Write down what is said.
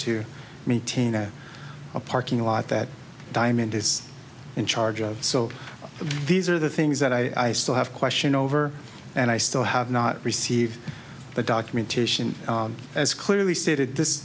to maintain a parking lot that diamond is in charge of so these are the things that i still have question over and i still have not received the dock titian as clearly stated this